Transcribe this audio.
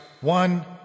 one